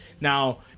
Now